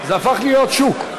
זה הפך להיות שוק.